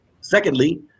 Secondly